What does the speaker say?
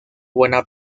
buena